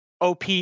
op